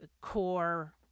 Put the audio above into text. core